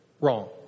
Wrong